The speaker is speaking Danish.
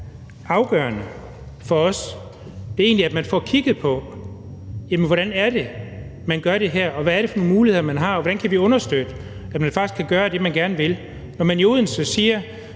afgørende for os, er egentlig, at man får kigget på, hvordan det er, man gør det her, hvad det er for nogle muligheder, man har, og hvordan vi kan understøtte, at man faktisk kan gøre det, man gerne vil. Når man i Odense siger,